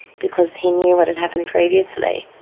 because he knew what had happened previously.